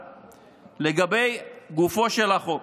לגופו של החוק,